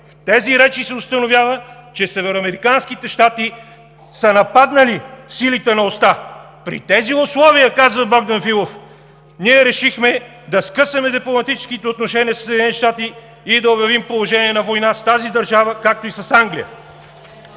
В тези речи се установява, че Североамериканските щати са нападнали силите на Оста. При тези условия – казва Богдан Филов – ние решихме да скъсаме дипломатическите отношения със Съединените щати и да обявим положение на война с тази държава, както и с Англия.“